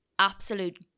absolute